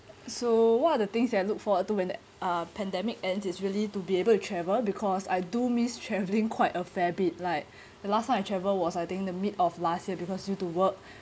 so what are the things that I look for to when uh pandemic ends it's really to be able to travel because I do miss travelling quite a fair bit like the last time I travelled was I think the mid of last year because due to work